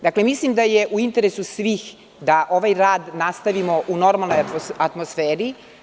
Dakle, mislim da je u interesu svih da ovaj rad nastavimo u normalnoj atmosferi.